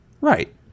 right